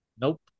Nope